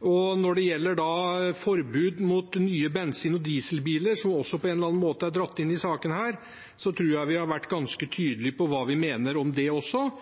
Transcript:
Og når det gjelder forbud mot nye bensin- og dieselbiler, som også på en eller annen måte er dratt inn i denne saken, tror jeg vi har vært ganske tydelige på hva vi mener om det også